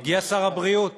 הגיע שר הבריאות